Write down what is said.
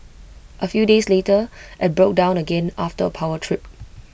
A few days later IT broke down again after A power trip